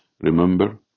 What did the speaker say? Remember